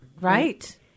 Right